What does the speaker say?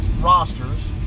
rosters